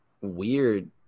weird